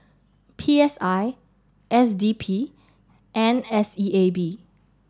P S I S D P and S E A B